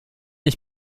ich